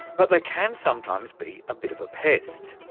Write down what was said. but they can sometimes be a bit of a pest.